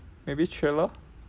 maybe thriller